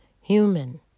human